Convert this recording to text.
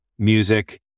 music